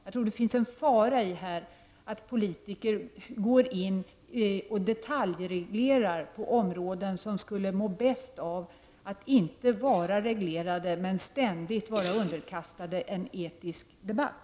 Jag tror att det ligger en fara i att politiker går in och detaljreglerar på områden som skulle må bäst av att inte vara reglerade men som ständigt skall vara underkastade en etisk debatt.